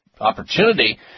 opportunity